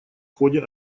ходе